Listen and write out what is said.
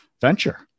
venture